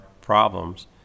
problems